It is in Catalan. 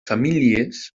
famílies